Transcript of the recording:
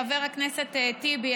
חבר הכנסת טיבי,